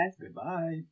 goodbye